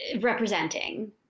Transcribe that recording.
representing